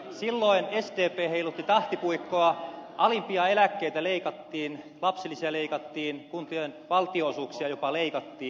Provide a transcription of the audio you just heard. silloin sdp heilutti tahtipuikkoa alimpia eläkkeitä leikattiin lapsilisiä leikattiin jopa kuntien valtionosuuksia leikattiin